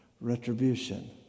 Retribution